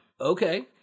Okay